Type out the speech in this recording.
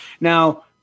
Now